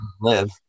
live